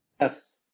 yes